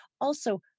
also-